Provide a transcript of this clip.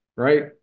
right